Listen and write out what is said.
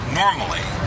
normally